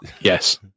Yes